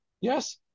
Yes